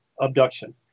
abduction